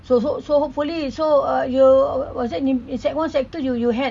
so so so hopefully so uh you what's that in sec one sec two you you had